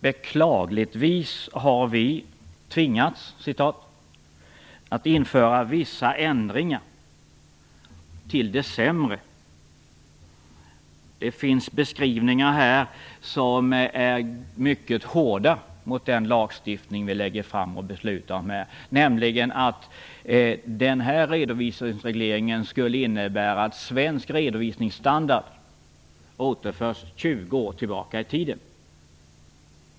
Beklagligtvis har vi "tvingats" införa vissa ändringar till det sämre. Det har gjorts mycket hårda beskrivningar av den lagstiftning som vi lägger fram förslag om och beslutar om, nämligen att denna redovisningsreglering skulle innebära att svensk redovisningsstandard återförs 20 år tillbaka i tiden.